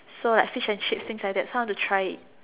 so like fish and chips things like that so I want to try it